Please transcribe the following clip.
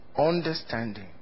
understanding